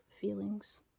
feelings